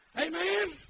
Amen